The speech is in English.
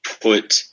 put